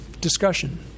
Discussion